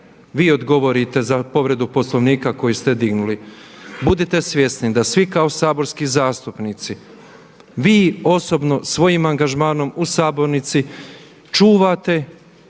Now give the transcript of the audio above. vi odgovorite za povredu Poslovnika koji ste dignuli. Budite svjesni da svi kao saborski zastupnici vi osobno svojim angažmanom u sabornici čuvate,